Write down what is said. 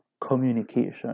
communication